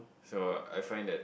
so I find that